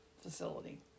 facility